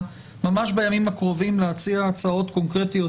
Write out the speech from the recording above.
ממש בימים הקרובים להציע הצעות קונקרטיות,